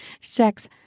sex